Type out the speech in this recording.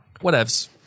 Whatevs